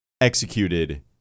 executed